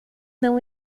não